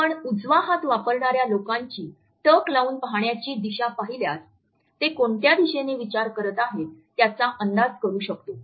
आपण उजवा हात वापरणाऱ्या लोकांची टक लावून पाहण्याची दिशा पाहिल्यास ते कोणत्या दिशेने विचार करत आहेत त्याचा अंदाज करू शकतो